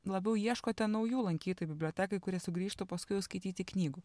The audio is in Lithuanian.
labiau ieškote naujų lankytojų bibliotekai kurie sugrįžtų paskui skaityti knygų